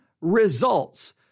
results